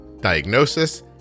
diagnosis